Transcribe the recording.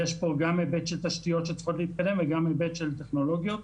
יש פה גם היבט של תשתיות שצריכות להתקדם וגם היבט של טכנולוגיות.